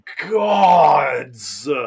Gods